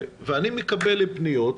אני מקבל פניות,